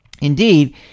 Indeed